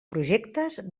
projectes